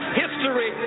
history